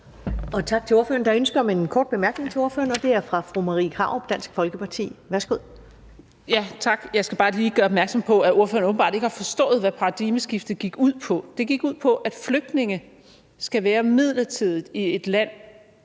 Tak til ordføreren. Der er ønske om en kort bemærkning til ordføreren, og den er fra fru Marie Krarup, Dansk Folkeparti. Værsgo. Kl. 13:46 Marie Krarup (DF): Tak. Jeg skal bare lige gøre opmærksom på, at ordføreren åbenbart ikke har forstået, hvad paradigmeskiftet gik ud på. Det gik ud på, at flygtninge skal være midlertidigt i et land,